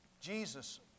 Jesus